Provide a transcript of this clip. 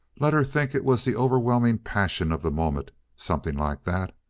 let her think it was the overwhelming passion of the moment something like that.